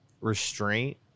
restraint